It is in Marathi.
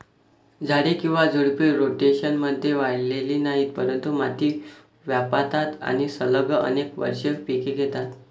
झाडे किंवा झुडपे, रोटेशनमध्ये वाढलेली नाहीत, परंतु माती व्यापतात आणि सलग अनेक वर्षे पिके घेतात